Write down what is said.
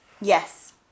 Yes